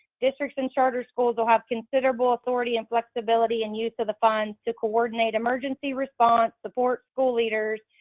districts and charter schools will have considerable authority and flexibility in use of the funds to coordinate emergency response, support school leaders,